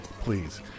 please